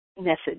message